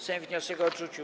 Sejm wniosek odrzucił.